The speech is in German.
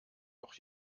doch